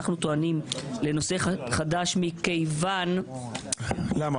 אנחנו טוענים לנושא חדש מכיוון --- למה?